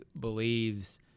believes